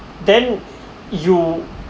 then you